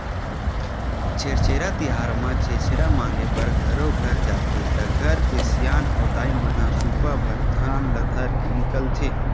छेरछेरा तिहार म छेरछेरा मांगे बर घरो घर जाथे त घर के सियान अऊ दाईमन सुपा भर धान ल धरके निकलथे